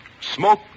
smoke